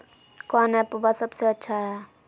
कौन एप्पबा सबसे अच्छा हय?